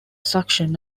suction